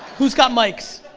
whose got mics,